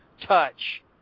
touch